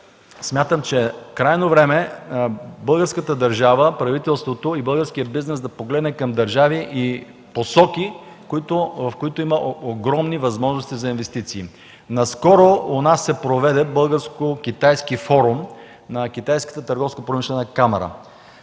смятам, че е крайно време българската държава, правителството и българският бизнес да погледнат към държави, в посоки, в които има огромни възможности за инвестиции. Наскоро у нас се проведе българо-китайски форум, с Китайската търговско-промишлена камара.